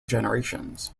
generations